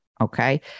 Okay